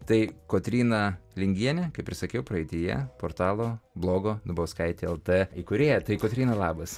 tai kotryna lingienė kaip ir sakiau praeityje portalo blogo dubauskaitė lt įkūrėja kotryna labas